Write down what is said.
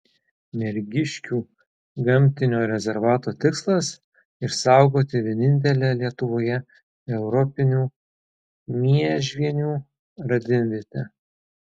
mergiškių gamtinio rezervato tikslas išsaugoti vienintelę lietuvoje europinių miežvienių radimvietę